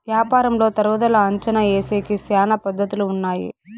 యాపారంలో తరుగుదల అంచనా ఏసేకి శ్యానా పద్ధతులు ఉన్నాయి